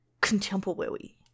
Contemporary